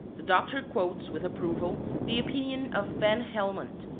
the doctor quotes with approval the opinion of van helmont,